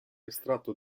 estratto